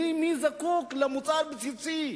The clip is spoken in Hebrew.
מי זקוק למוצר בסיסי,